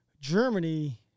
Germany